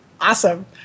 Awesome